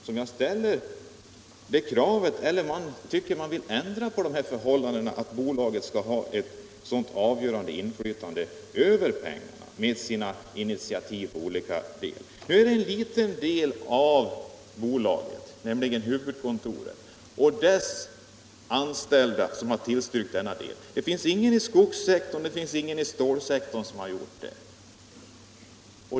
Bolaget skall inte kunna ta sig avgörande inflytande över pengarna genom sina olika initiativ. Bara en liten del av bolagets anställda, nämligen de som arbetar vid huvudkontoret, har tillstyrkt stugprojektet. Ingen från skogssektorn och ingen från stålsektorn har gjort det.